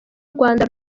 rwanda